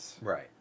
Right